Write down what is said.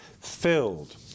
filled